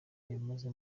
bamaze